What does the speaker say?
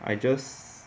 I just